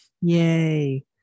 Yay